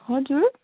हजुर